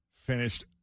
finished